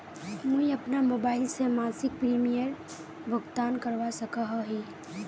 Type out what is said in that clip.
मुई अपना मोबाईल से मासिक प्रीमियमेर भुगतान करवा सकोहो ही?